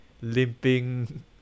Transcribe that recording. limping